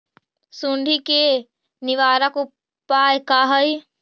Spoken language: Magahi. सुंडी के निवारक उपाय का हई?